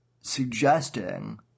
suggesting